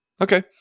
Okay